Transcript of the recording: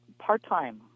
part-time